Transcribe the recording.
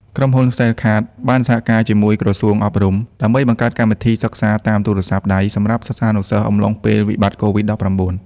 ក្រុមហ៊ុន សែលកាត (Cellcard) បានសហការជាមួយក្រសួងអប់រំ ដើម្បីបង្កើតកម្មវិធីសិក្សាតាមទូរស័ព្ទដៃសម្រាប់សិស្សានុសិស្សអំឡុងពេលវិបត្តិកូវីដ-១៩។